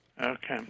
Okay